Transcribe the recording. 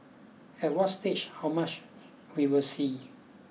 at what stage how much we will see